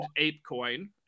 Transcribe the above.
Apecoin